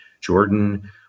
Jordan